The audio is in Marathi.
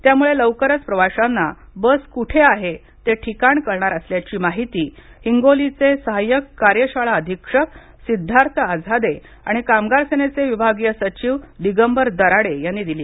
त्यामुळे लवकरच प्रवाशांना बस कुठे आहे ते ठिकाण कळणार असल्याची माहिती हिंगोलीचे सहायक कार्यशाळा अधीक्षक सिद्धार्थ आझादे आणि कामगार सेनेचे विभागीय सचिव दिगंबर दराडे यांनी दिली